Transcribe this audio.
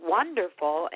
wonderful